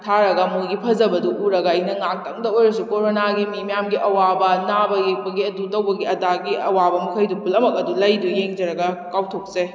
ꯊꯥꯔꯒ ꯃꯣꯏꯒꯤ ꯐꯖꯕꯗꯨ ꯎꯔꯒ ꯑꯩꯅ ꯉꯥꯛꯇꯪꯗ ꯑꯣꯏꯔꯁꯨ ꯀꯣꯔꯣꯅꯥꯒꯤ ꯃꯤ ꯃꯌꯥꯝꯒꯤ ꯑꯋꯥꯕ ꯅꯥꯕ ꯌꯦꯛꯄꯒꯤ ꯑꯗꯨ ꯇꯧꯕꯒꯤ ꯑꯗꯥꯒꯤ ꯑꯋꯥꯕ ꯃꯈꯩꯗꯨ ꯄꯨꯝꯅꯃꯛ ꯑꯗꯨ ꯂꯩꯗꯨ ꯌꯦꯡꯖꯔꯒ ꯀꯥꯎꯊꯣꯛꯆꯩ